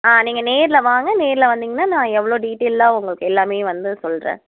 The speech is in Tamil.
ஆ நீங்கள் நேரில் வாங்க நேரில் வந்தீங்கன்னால் நான் எவ்வளோ டீட்டெயிலாக உங்களுக்கு எல்லாமே வந்து சொல்கிறேன்